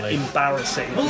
embarrassing